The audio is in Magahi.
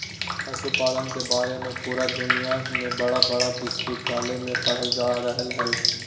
पशुपालन के बारे में पुरा दुनया में बड़ा बड़ा विश्विद्यालय में पढ़ाल जा रहले हइ